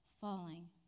falling